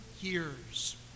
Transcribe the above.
years